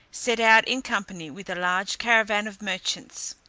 set out in company with a large caravan of merchants.